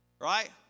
Right